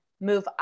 move